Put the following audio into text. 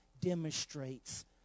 demonstrates